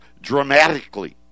dramatically